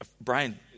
Brian